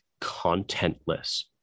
contentless